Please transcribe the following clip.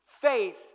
Faith